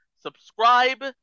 subscribe